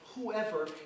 whoever